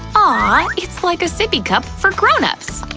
ah it's like a sippy cup for grownups!